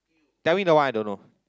tell me the one I don't know